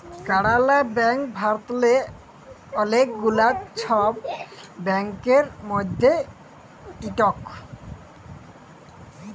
কালাড়া ব্যাংক ভারতেল্লে অলেক গুলা ছব ব্যাংকের মধ্যে ইকট